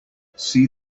see